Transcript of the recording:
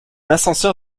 ascenseur